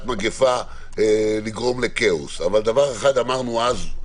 מגפה לגרום לכאוס דבר אחד אמרנו אז,